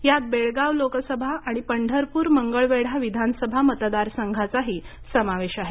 यात बेळगाव लोकसभा आणि पंढरपूर मंगळवेढा विधानसभा मतदार संघाचाही समावेश आहे